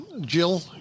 Jill